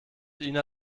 ina